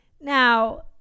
Now